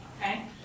Okay